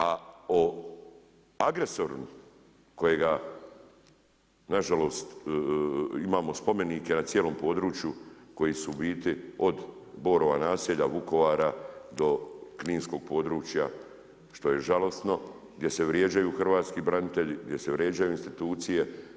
A o agresoru kojega na žalost imamo spomenike na cijelom području koji su u biti od Borova Naselja, Vukovara do kninskog područja što je žalosno, gdje se vrijeđaju hrvatski branitelji, gdje se vrijeđaju institucije.